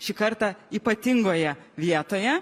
šį kartą ypatingoje vietoje